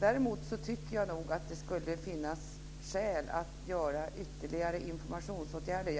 Däremot tycker jag nog att det skulle finnas skäl att vidta ytterligare informationsåtgärder.